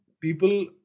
People